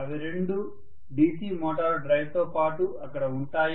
అవి రెండూ DC motor డ్రైవ్తో పాటు అక్కడ ఉంటాయి